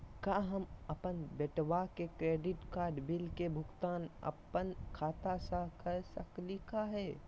का हम अपन बेटवा के क्रेडिट कार्ड बिल के भुगतान अपन खाता स कर सकली का हे?